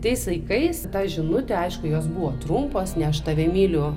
tais laikais ta žinutė aišku jos buvo trumpos ne aš tave myliu